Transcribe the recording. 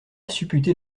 supputer